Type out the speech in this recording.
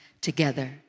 together